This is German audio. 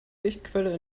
lichtquelle